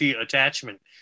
attachment